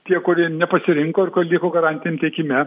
tie kurie nepasirinko ir liko garantin tiekime